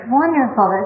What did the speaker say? wonderful